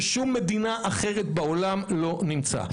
ששום מדינה אחרת בעולם לא נמצאת בה.